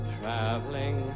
traveling